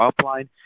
upline